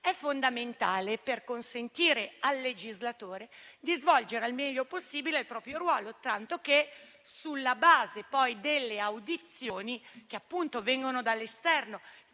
è fondamentale per consentire al legislatore di svolgere nel miglior modo possibile il proprio ruolo e, sulla base delle audizioni che vengono dall'esterno